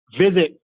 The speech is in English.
visit